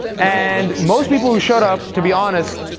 and most people who showed up, to be honest,